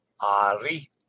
Ari